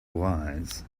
wise